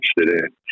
interested